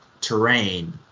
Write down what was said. terrain